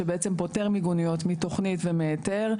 שהוא בעצם פוטר מיגוניות מתוכנית ומהיתר.